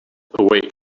away